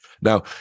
Now